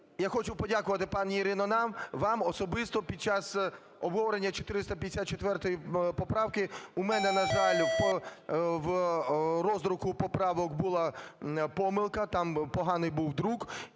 я хочу подякувати, пані Ірино, вам особисто, під час обговорення 454 поправки у мене, на жаль, в роздруку поправок була помилка, там поганий був друк.